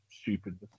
stupid